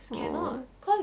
oh